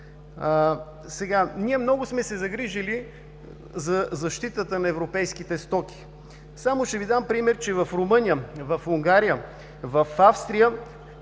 Ние много сме се загрижили за защитата на европейските стоки. Само ще Ви дам пример, че в Румъния, в Унгария, в Австрия